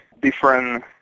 different